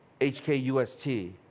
HKUST